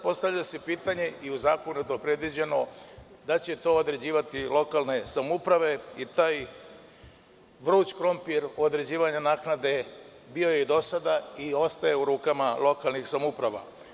Postavlja se pitanje i u zakonu je to predviđeno da će to određivati lokalne samouprave i taj „vruć krompir“ određivanja naknade bio je do sada i ostaje u rukama lokalnih samouprava.